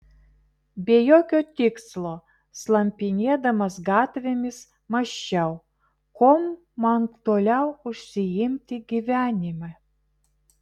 be jokio tikslo slampinėdamas gatvėmis mąsčiau kuom man toliau užsiimti gyvenime